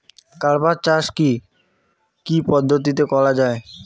কার্পাস চাষ কী কী পদ্ধতিতে করা য়ায়?